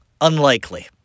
unlikely